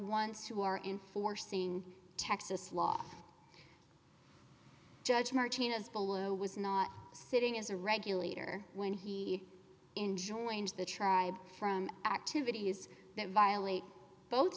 ones who are in forcing texas law judge martinez below was not sitting as a regulator when he enjoins the tribe from activities that violate both